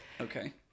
Okay